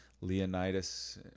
Leonidas